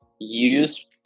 use